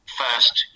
first